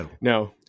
No